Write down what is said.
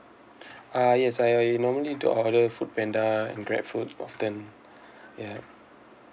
ah yes I I normally do order foodpanda and grabfood often yup